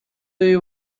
you